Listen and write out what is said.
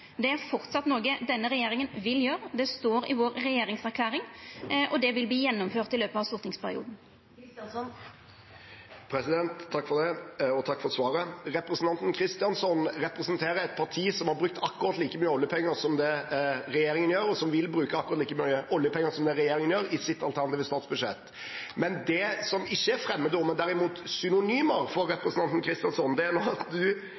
denne regjeringa vil gjera. Det står i regjeringserklæringa vår, og det vil verta gjennomført i løpet av stortingsperioden. Takk for svaret. Representanten Kristjánsson representerer et parti som har brukt – og vil bruke – akkurat like mye oljepenger som det regjeringen gjør, i sitt alternative budsjett. Men det som ikke er fremmedord for representanten Kristjánsson, men derimot synonymer, er når statsråden snakker om helhetlig inndekning og ansvarlig økonomisk opplegg. Situasjonen er jo at